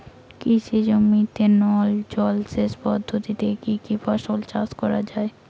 কৃষি জমিতে নল জলসেচ পদ্ধতিতে কী কী ফসল চাষ করা য়ায়?